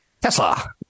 Tesla